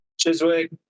chiswick